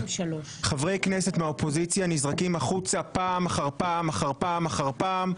חברי כנסת מהאופוזיציה נזרקים החוצה פעם אחר פעם אחר פעם אחר פעם,